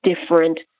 different